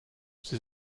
sie